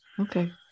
okay